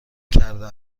کرده